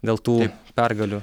dėl tų pergalių